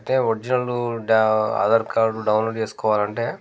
అంటే ఒరిజినల్లు డా ఆధార్ కార్డు డౌన్లోడ్ చేసుకోవాలంటే